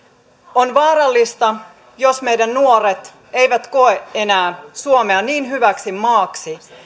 on vaarallista jos meidän nuoret eivät koe enää suomea niin hyväksi maaksi